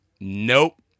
nope